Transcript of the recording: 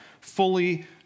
fully